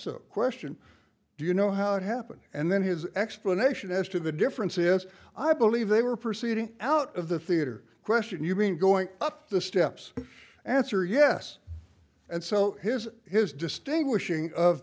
so question do you know how it happened and then his explanation as to the difference is i believe they were proceeding out of the theater question you mean going up the steps answer yes and so his his distinguishing of